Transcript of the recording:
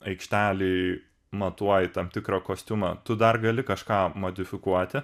aikštelėj matuoji tam tikrą kostiumą tu dar gali kažką modifikuoti